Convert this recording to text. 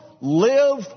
live